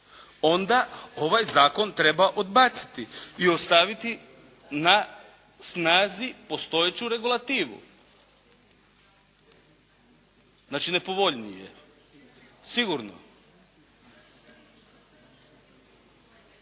onda ovaj Zakon treba odbaciti i ostaviti na snazi postojeću regulativu. Znači nepovoljniji je. Sigurno.